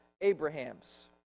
Abraham's